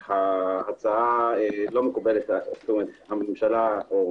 ההצעה לא מקובלת על הממשלה הממשלה או